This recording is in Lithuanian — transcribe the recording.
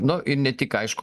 nu ir ne tik aišku